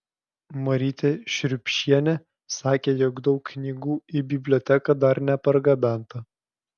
marytė šriubšienė sakė jog daug knygų į biblioteką dar nepargabenta